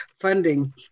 funding